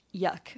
yuck